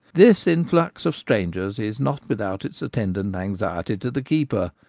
this influx of strangers is not without its attendant anxiety to the keeper,